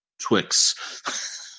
Twix